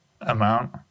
amount